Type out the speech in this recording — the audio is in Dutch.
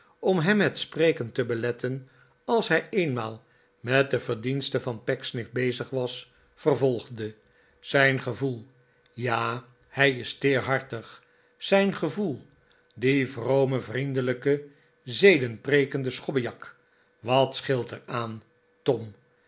om hem het spreken te beletten als hij eenmaal met de verdiensten van pecksniff bezig was vervolgde zijn gevoel ja hij is teerhartig zijn gevoell die vrome vriendelijke zedenprekende schobbejak wat scheelt er aan tom